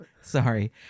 Sorry